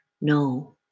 No